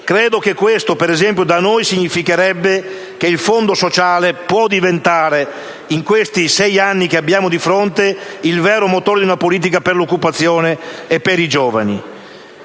ad esempio, che ciò da noi significherebbe che il Fondo sociale potrebbe diventare nei sei anni che abbiamo di fronte il vero motore di una politica per l'occupazione e per i giovani.